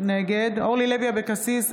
נגד אורלי לוי אבקסיס,